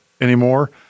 anymore